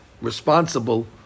responsible